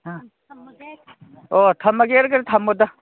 ꯑꯣ ꯊꯝꯃꯒꯦ ꯍꯥꯏꯔꯒꯗꯤ ꯊꯝꯃꯣꯗ